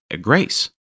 grace